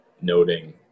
noting